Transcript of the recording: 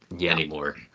anymore